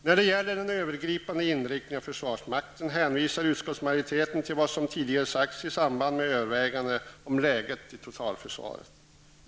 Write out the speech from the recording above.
När det gäller den övergripande inriktningen av försvarsmakten hänvisar utskottsmajoriteten till vad som tidigare sagts i samband med övervägandena om läget i totalförsvaret.